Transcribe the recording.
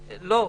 לא,